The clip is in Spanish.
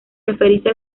referirse